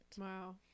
wow